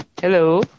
Hello